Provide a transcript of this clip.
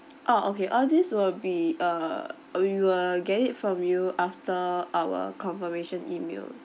orh okay all this will be uh uh we will get it from you after our confirmation email